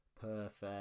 Perfect